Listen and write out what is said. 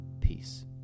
Peace